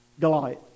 Goliath